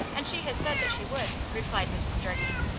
and she has said that she would, replied mrs. jardine.